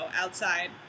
outside